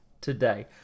today